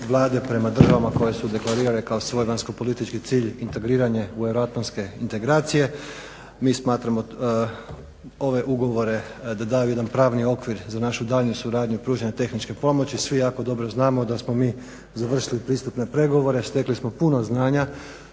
Vlade prema državama koje su deklarirane kao svojevrsno politički cilj integriranje u euroatlantske integracije. Mi smatramo ove ugovore da daju jedan pravni okvir za našu daljnju suradnju pružanja tehničke pomoći. Svi jako dobro znamo da smo mi završili pristupne pregovore. Stekli smo puno znanja,